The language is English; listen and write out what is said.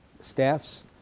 staffs